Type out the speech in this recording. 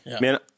Man